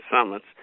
summits